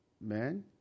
man